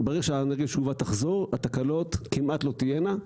ברגע שהאנרגיה השאובה תחזור התקלות כמעט לא תהיינה.